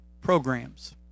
programs